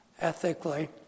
ethically